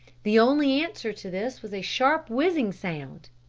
the only answer to this was a sharp whizzing sound,